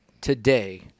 today